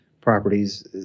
properties